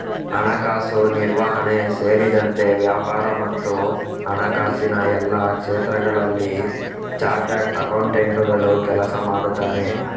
ಹಣಕಾಸು ನಿರ್ವಹಣೆ ಸೇರಿದಂತೆ ವ್ಯಾಪಾರ ಮತ್ತು ಹಣಕಾಸಿನ ಎಲ್ಲಾ ಕ್ಷೇತ್ರಗಳಲ್ಲಿ ಚಾರ್ಟರ್ಡ್ ಅಕೌಂಟೆಂಟುಗಳು ಕೆಲಸ ಮಾಡುತ್ತಾರೆ